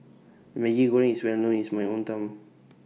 Maggi Goreng IS Well known in My Hometown